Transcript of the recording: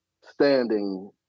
standing